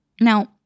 Now